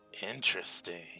Interesting